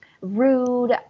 rude